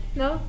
no